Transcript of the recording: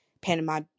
Panama